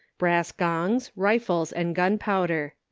brass gongs, rifles and gunpowder.